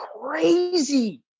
crazy